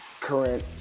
current